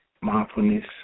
Mindfulness